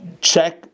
Check